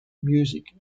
music